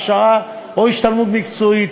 הכשרה או השתלמות מקצועית,